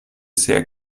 sehr